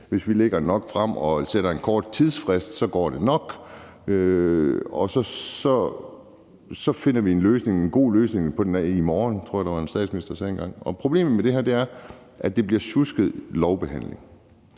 hvis vi lægger nok frem og sætter en kort tidsfrist, så går det nok, og så finder vi en god løsning i morgen, som jeg tror at der var en statsminister der sagde engang. Problemet med det her er, at det bliver en sjusket lovbehandling.